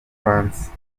france